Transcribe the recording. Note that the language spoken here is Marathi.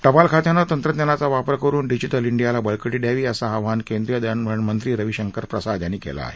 टपाल खात्यानं तंत्रज्ञानाचा वापर करून डिजिटल इंडियाला बळकटी द्यावी असं आवाहन केंद्रीय दळणवळण मंत्री रवीशंकर प्रसाद यांनी केलं आहे